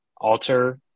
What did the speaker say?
alter –